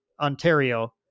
Ontario